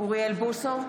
אוריאל בוסו,